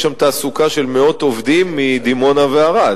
יש שם תעסוקה של מאות עובדים מדימונה וערד.